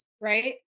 right